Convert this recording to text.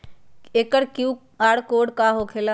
एकर QR code का होकेला?